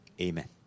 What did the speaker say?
Amen